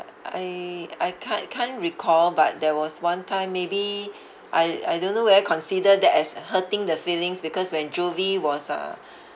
I I can't can't recall but there was one time maybe I I don't know whether consider that as hurting the feelings because when jovie was uh